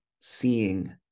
seeing